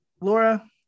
Laura